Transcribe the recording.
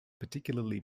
particularly